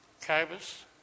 Cobus